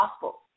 gospel